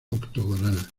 octogonal